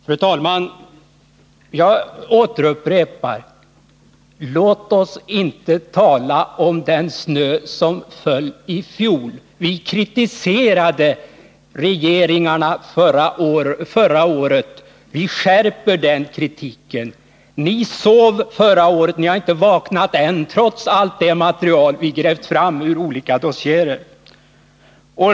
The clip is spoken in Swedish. Fru talman! Jag återupprepar: Låt oss inte tala om den snö som föll i fjol! Vi kritiserade regeringarna förra året. Vi skärper den kritiken. Ni sov förra året. Ni har inte vaknat än, trots allt det material vi grävt fram ur olika dossiéer.